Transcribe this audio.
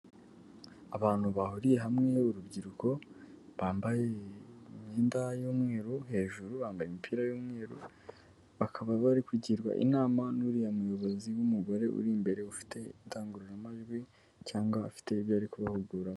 Abantu bahuriye hamwe urubyiruko, bambaye imyenda y'umweru, hejuru bambaye imipira y'umweru, bakaba bari kugirwa inama, n'uriya muyobozi w'umugore, uri imbere ufite indangururamajwi, cyangwa afite ibyo ari kubahuguramo.